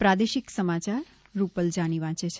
પ્રાદેશિક સમાચાર રૂપલ જાની વાંચે છે